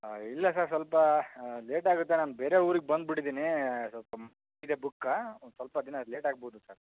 ಇಲ್ಲ ಸರ್ ಸ್ವಲ್ಪ ಲೇಟಾಗುತ್ತೆ ನಾನು ಬೇರೆ ಊರಿಗೆ ಬಂದ್ಬಿಟ್ಟಿದೀನಿ ಸ್ವಲ್ಪ ಮ್ ಇದೆ ಬುಕ್ಕ ಒಂದು ಸ್ವಲ್ಪ ದಿನ ಲೇಟಾಗ್ಬೋದು ಸರ್